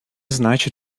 значит